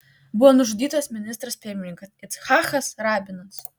buvo nužudytas ministras pirmininkas icchakas rabinas